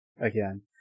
again